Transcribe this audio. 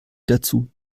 dazu